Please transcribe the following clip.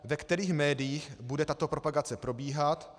Ve kterých médiích bude tato propagace probíhat?